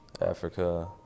Africa